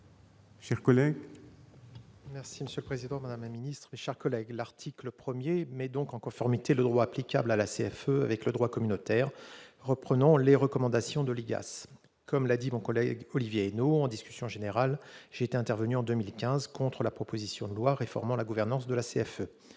Monsieur le président, madame la ministre, mes chers collègues, l'article 1 met en conformité le droit applicable à la CFE avec le droit communautaire, reprenant les recommandations de l'IGAS. Comme l'a dit mon collègue Olivier Henno lors de la discussion générale, j'étais intervenu en 2015 contre la proposition de loi réformant la gouvernance de la CFE.